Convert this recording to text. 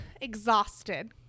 exhausted